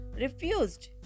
refused